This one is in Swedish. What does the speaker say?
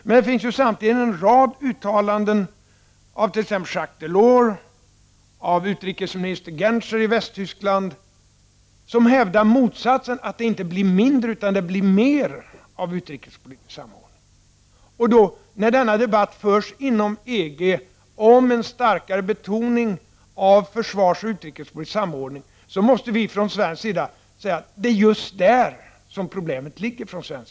Men samtidigt finns det en rad uttalanden av t.ex. Jacques Delors och utrikesminister Genscher i Västtyskland som hävdar motsatsen — att det inte blir mindre utan mer av utrikespolitisk samordning. När denna debatt om en starkare betoning av en försvarsoch utrikespolitisk samordning förs inom EG måste vi från svensk sida säga: Det är just där som problemet ligger för oss.